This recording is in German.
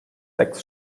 sechs